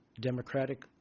Democratic